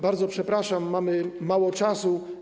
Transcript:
Bardzo przepraszam, mamy mało czasu.